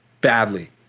badly